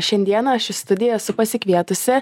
šiandieną aš į studiją esu pasikvietusi